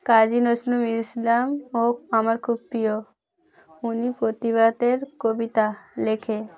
কাজী নজরুল ইসলাম ও আমার খুব প্রিয় উনি প্রতিবাদেরর কবিতা লেখে